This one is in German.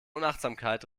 unachtsamkeit